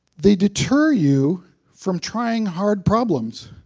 they deter you from trying hard problems.